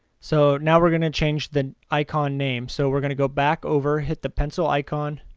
so now we're going to change the icon name. so we're going to go back over. hit the pencil icon,